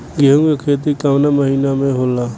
गेहूँ के खेती कवना महीना में होला?